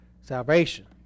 salvation